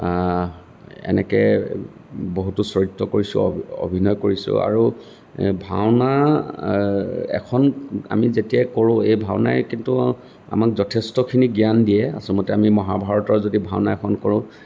এনেকে বহুতো চৰিত্ৰ কৰিছোঁ অ অভিনয় কৰিছোঁ আৰু এ ভাওনা এখন আমি যেতিয়া কৰোঁ এই ভাওনাই কিন্তু আমাক যথেষ্টখিনি জ্ঞান দিয়ে আচলতে আমি মহাভাৰতৰ যদি ভাওনা এখন কৰোঁ